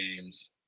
games